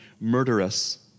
murderous